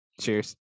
Cheers